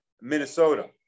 Minnesota